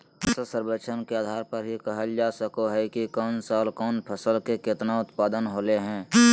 फसल सर्वेक्षण के आधार पर ही कहल जा सको हय कि कौन साल कौन फसल के केतना उत्पादन होलय हें